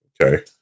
Okay